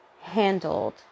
handled